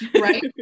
Right